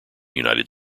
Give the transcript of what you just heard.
united